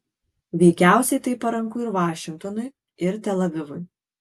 veikiausiai tai paranku ir vašingtonui ir tel avivui